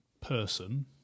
person